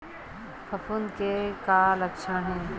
फफूंद के का लक्षण हे?